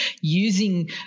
using